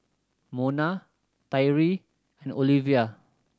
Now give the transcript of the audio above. Mona Tyree and Oliva